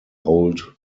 old